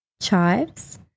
chives